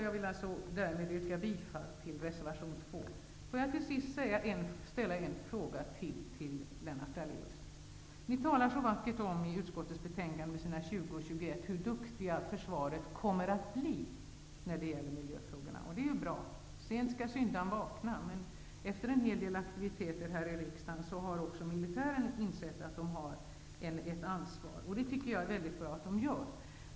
Jag vill därmed yrka bifall till reservation 2. Jag vill till sist ställa en fråga till Lennart Daléus. Ni talar så vackert i utskottets betänkande på s. 20 och 21 om hur duktigt försvaret kommer att bli när det gäller miljöfrågorna. Det är bra. Sent skall syndaren vakna. Men efter en hel del aktiviteter här i riksdagen har också militären insett att den har ett ansvar. Det tycker jag är mycket bra.